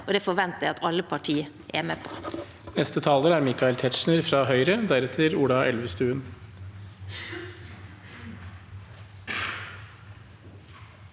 det forventer jeg at alle parti er med på.